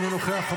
אינו נוכח,